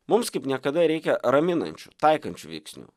mums kaip niekada reikia raminančių taikančių veiksnių